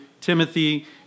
Timothy